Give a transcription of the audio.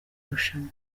rushanwa